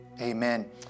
amen